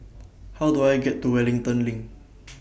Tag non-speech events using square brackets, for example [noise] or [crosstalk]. How Do I get to Wellington LINK [noise]